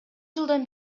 жылдан